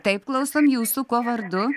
taip klausom jūsų kuo vardu